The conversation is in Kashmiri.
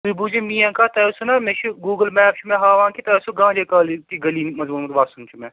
تُہۍ بوٗزِو میٛٲنۍ کَتھ تۄہہِ اوسوُ نا مےٚ چھِ گوٗگٕل میپ چھُ مےٚ ہاوان کہِ تۄہہِ اوسوُ گاندھی کالِج کہِ گلی منٛز ووٚنمُت وَسُن چھُ مےٚ